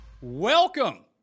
Welcome